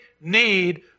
need